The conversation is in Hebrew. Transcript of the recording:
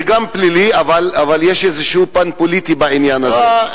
זה גם פלילי, אבל יש איזה פן פוליטי בעניין הזה.